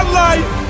life